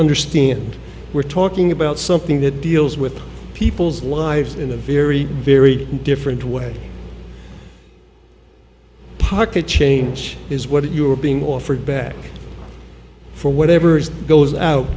understand we're talking about something that deals with people's lives in a very very different way pocket change is what you are being offered back for whatever goes out